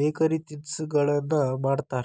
bakery ತಿನಿಸಗಳನ್ನ ಮಾಡ್ತಾರ